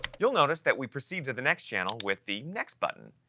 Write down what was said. you'll notice that we proceed to the next channel with the next button.